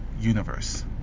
universe